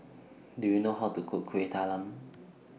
Do YOU know How to Cook Kueh Talam